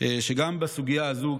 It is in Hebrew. שגם בסוגיה הזאת,